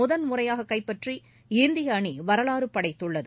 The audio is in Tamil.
முதன்முறையாக கைப்பற்றி இந்திய அணி வரலாறு படைத்துள்ளது